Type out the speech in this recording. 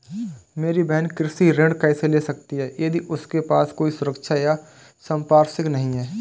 मेरी बहिन कृषि ऋण कैसे ले सकती है यदि उसके पास कोई सुरक्षा या संपार्श्विक नहीं है?